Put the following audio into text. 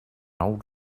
old